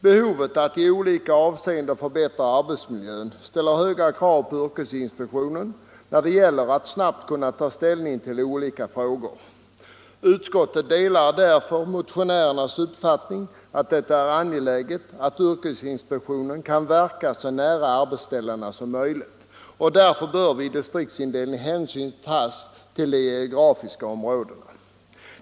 Behovet att i olika avseenden förbättra arbetsmiljön ställer höga krav på yrkesinspektionen när det gäller att snabbt kunna ta ställning till olika frågor. Utskottet delar därför motionärernas uppfattning att det är angeläget att yrkesinspektionen kan verka så nära arbetsställena som möjligt, och därför bör vid distriktsindelning hänsyn tas till de geografiska områdena.